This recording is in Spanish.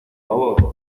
favor